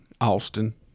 Austin